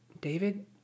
David